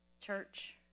church